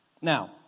Now